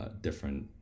different